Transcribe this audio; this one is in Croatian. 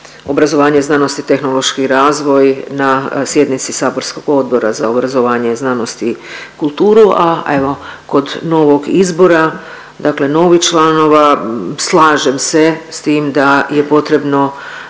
obrazovanje, znanost i tehnološki razvoj na sjednici saborskog Odbora za obrazovanje, znanost i kulturu, a evo kod novog izbora dakle novih članova slažem se s tim da je potrebno